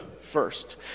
first